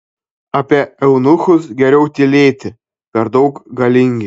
apie eunuchus geriau tylėti per daug galingi